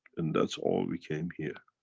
and that's all we came here.